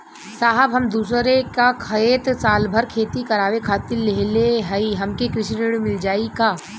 साहब हम दूसरे क खेत साल भर खेती करावे खातिर लेहले हई हमके कृषि ऋण मिल जाई का?